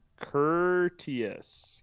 Courteous